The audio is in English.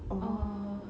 or